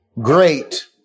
great